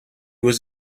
was